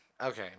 Okay